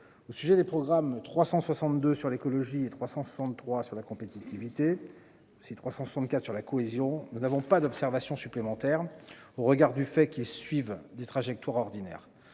au sujet des programmes 362 sur l'écologie et 363 sur la compétitivité, si 364 sur la cohésion, nous n'avons pas d'observation supplémentaires au regard du fait qu'ils suivent des trajectoires ordinaire